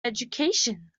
education